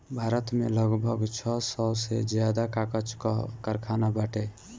भारत में लगभग छह सौ से ज्यादा कागज कअ कारखाना बाटे